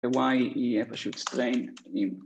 y יהיה פשוט strain